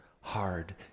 hard